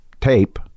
tape